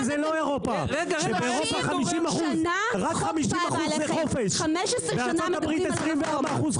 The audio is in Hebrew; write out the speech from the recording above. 15 שנים שמדברים על רפורמה,